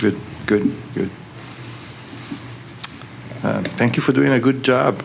good good thank you for doing a good job